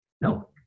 No